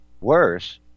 Worse